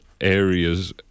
areas